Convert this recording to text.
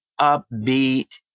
upbeat